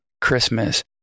Christmas